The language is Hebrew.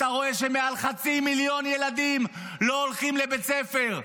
אתה רואה שמעל חצי מיליון ילדים לא הולכים לבית הספר.